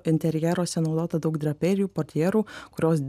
interjeruose naudota daug draperijų portjerų kurios